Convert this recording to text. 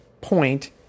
point